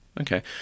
Okay